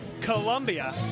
Colombia